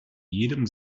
jedem